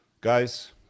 Guys